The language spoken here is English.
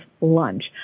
lunch